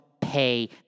pay